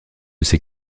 ces